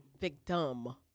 Victim